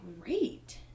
great